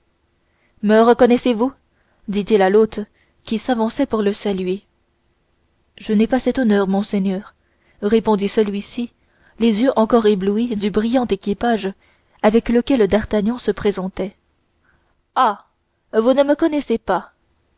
me reconnaissez-vous dit-il à l'hôte qui s'avançait pour le saluer je n'ai pas cet honneur monseigneur répondit celui-ci les yeux encore éblouis du brillant équipage avec lequel d'artagnan se présentait ah vous ne me connaissez pas